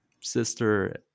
sister